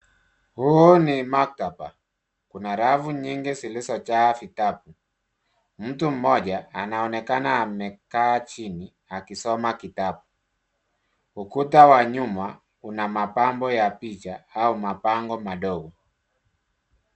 Huu ni maktaba .Kuna rafu nyingi zilizojaa vitabu. Mtu mmoja anaonekana amekaa chini akisoma kitabu. Ukuta wa nyuma una mapambo ya picha au mabango madogo.